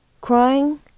Crying